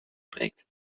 spreekt